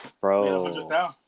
Bro